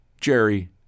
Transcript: Jerry